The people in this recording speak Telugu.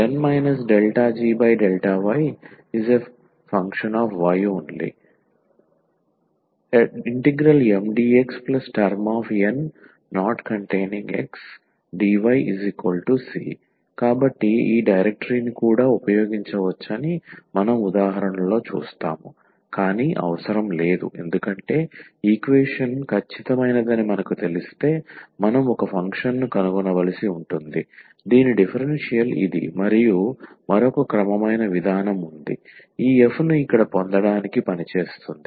N ∂g∂yy యొక్క ఫంక్షన్ మాత్రమే MdxN యొక్క పదం x కలిగి లేదుdyc కాబట్టి ఈ డైరెక్టరీని కూడా ఉపయోగించవచ్చని మనం ఉదాహరణలో చూస్తాము కాని అవసరం లేదు ఎందుకంటే ఈక్వేషన్ ఖచ్చితమైనదని మనకు తెలిస్తే మనం ఒక ఫంక్షన్ను కనుగొనవలసి ఉంటుంది దీని డిఫరెన్షియల్ ఇది మరియు మరొక క్రమమైన విధానం ఉంది ఈ f ను ఇక్కడ పొందడానికి పనిచేస్తుంది